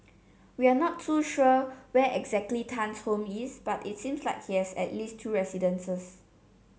we are not too sure where exactly Tan's home is but its seems like he has at least two residences